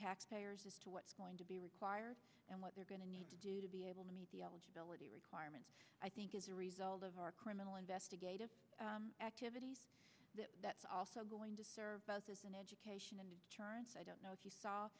tax payers as to what's going to be required and what they're going to need to do to be able to meet the eligibility requirements i think as a result of our criminal investigative activities that's also going to serve as an education and i don't know if you saw